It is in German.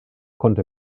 konnte